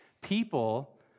People